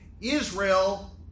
Israel